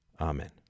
Amen